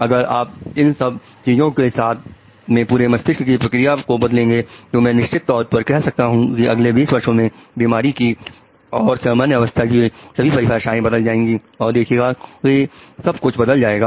अगर आप इन सब चीजों के साथ में पूरे मस्तिष्क की क्रिया को बताएंगे तो मैं निश्चित तौर पर कह सकता हूं कि अगले 20 वर्षों में बीमारी की और सामान्य अवस्था की सारी परिभाषाएं बदल जाएंगी और देखिएगा कि सब कुछ बदल जाएगा